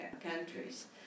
countries